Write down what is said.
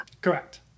Correct